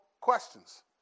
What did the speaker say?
questions